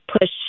push